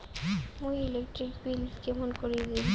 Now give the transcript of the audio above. মুই electric bill কেমন করি দিম?